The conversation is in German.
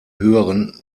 höheren